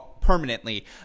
permanently